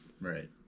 Right